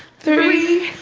three,